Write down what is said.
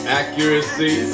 accuracy